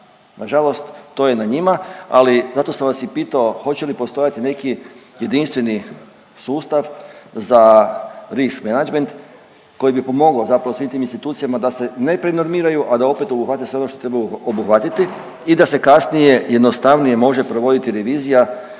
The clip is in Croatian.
Nažalost to je na njima, ali zato sam vas i pitao hoće li postojati neki jedinstveni sustav za risk managment koji bi pomogao zapravo svim tim institucijama da se ne prenormiraju, a da opet obuhvate sve ono što trebaju obuhvatiti i da se kasnije jednostavnije može provoditi revizija